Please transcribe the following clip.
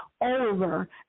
over